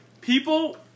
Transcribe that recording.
People